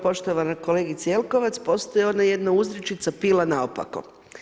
Poštovana kolegice Jelkovac, postoji ona jedna uzrečica “pila naopako“